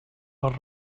les